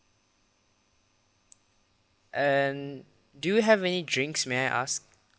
and do you have any drinks may I ask